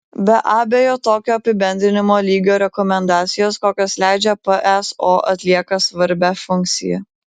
be abejo tokio apibendrinimo lygio rekomendacijos kokias leidžia pso atlieka svarbią funkciją